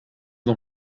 con